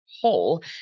whole